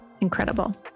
incredible